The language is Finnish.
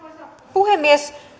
puhemies